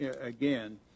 again